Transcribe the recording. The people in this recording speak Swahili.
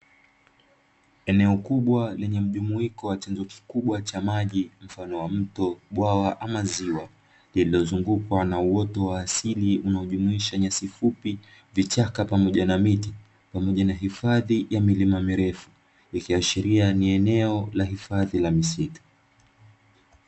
Eneo kubwa lenye mjumuiko wa chanzo kikubwa cha maji mfano wa mto, bwawa ama ziwa lililozungukwa na uoto wa asili unaojumuisha nyasi fupi, vichaka pamoja na miti pamoja na hifadhi ya milima mirefu, ikiashiria ni eneo la hifadhi ya misitu.